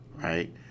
right